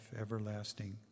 everlasting